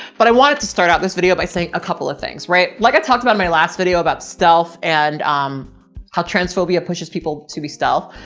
but i wanted to start out this video by saying a couple of things, right? like i talked about in my last video about stealth and how transphobia pushes people to be stealth.